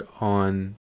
on